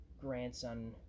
grandson